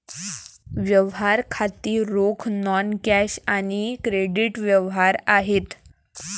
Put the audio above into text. व्यवहार खाती रोख, नॉन कॅश आणि क्रेडिट व्यवहार आहेत